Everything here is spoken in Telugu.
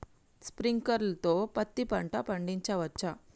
స్ప్రింక్లర్ తో పత్తి పంట పండించవచ్చా?